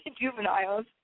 juveniles